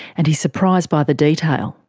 and he's surprised by the detail.